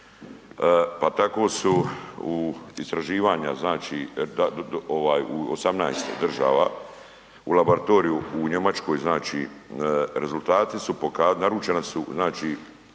Pa tako su u istraživanja znači ovaj u 18 država u laboratoriju u Njemačkoj znači rezultati su, naručena su znači